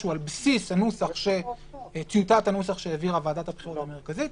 שהוא על בסיס טיוטת הנוסח שהעבירה ועדת הבחירות המרכזית.